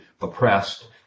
oppressed